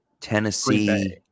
Tennessee